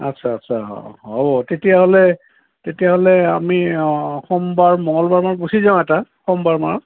আচ্ছা আচ্ছা অ হ'ব তেতিয়াহ'লে তেতিয়াহ'লে আমি অ সোমবাৰ মঙলবাৰ মানত গুচি যাওঁ এটা সোমবাৰ মানত